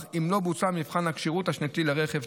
אם לא בוצע מבחן הכשירות השנתי לרכב,